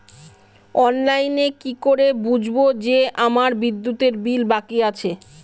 অনলাইনে কি করে বুঝবো যে আমার বিদ্যুতের বিল বাকি আছে?